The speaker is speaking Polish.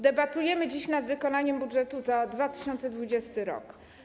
Debatujemy dziś nad wykonaniem budżetu za 2020 r.